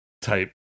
type